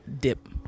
dip